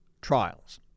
trials